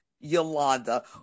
Yolanda